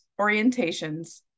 orientations